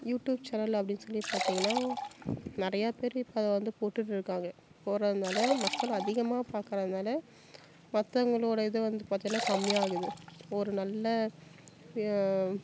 YouTube channel அப்படின் சொல்லி பார்த்தீங்கன்னா நிறையா பேர் இப்போ வந்து போட்டுகிட்டு இருக்காங்க போடுறதுனால மக்கள் அதிகமாக பார்க்குறதுனால மற்றவுங்களோட இதை வந்து பார்த்திங்கன்னா கம்மியாகுது ஒரு நல்ல